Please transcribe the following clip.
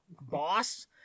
boss